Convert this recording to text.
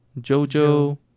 Jojo